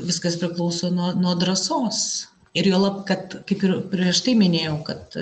viskas priklauso nuo nuo drąsos ir juolab kad kaip ir prieš tai minėjau kad